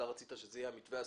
רצית שזה יהיה המתווה הסופי,